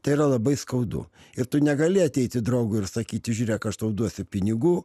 tai yra labai skaudu ir tu negali ateiti draugui ir sakyti žiūrėk aš tau duosiu pinigų